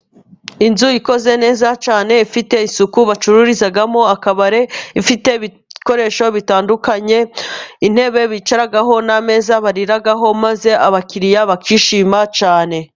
Inzu ikoze neza cyane ifite isuku bacururizamo, akabari. Ifite ibikoresho bitandukanye; intebe bicaraho n'amezaza bariraho, maze abakiriya bakishima cyane.